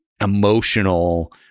emotional